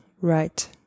right